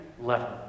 level